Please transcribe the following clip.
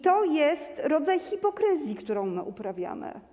To jest rodzaj hipokryzji, którą uprawiamy.